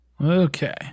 Okay